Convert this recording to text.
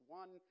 one